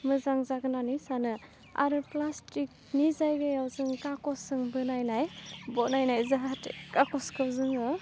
मोजां जागोन होननानै सानो आरो प्लाष्टिकनि जायगायाव जों खागजजों बनायनाय बनायनाय जाहाथे खागजखौ जोङो